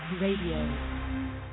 Radio